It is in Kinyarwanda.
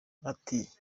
ati